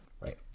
Right